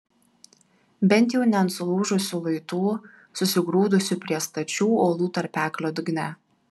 bent jau ne ant sulūžusių luitų susigrūdusių prie stačių uolų tarpeklio dugne